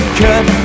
cut